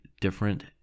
different